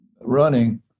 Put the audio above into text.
running